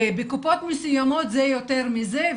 ובקופות מסוימות זה יותר מזה.